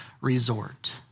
resort